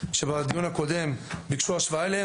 שבדיון הקודם ביקשו השוואה אליהם,